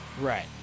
right